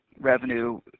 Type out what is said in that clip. revenue